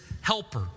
helper